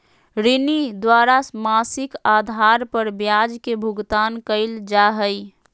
ऋणी द्वारा मासिक आधार पर ब्याज के भुगतान कइल जा हइ